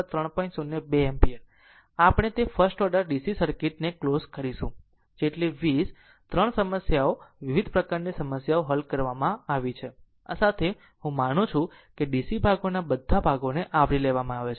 02 ampere આ સાથે આપણે તે ફર્સ્ટ ઓર્ડર DC સર્કિટ ને ક્લોઝ કરીશું જેટલી 20 3 સમસ્યાઓ વિવિધ પ્રકારની સમસ્યાઓ હલ કરવામાં આવી છે આ સાથે હું માનું છું કે DC ભાગોના બધા ભાગોને આવરી લેવામાં આવ્યા છે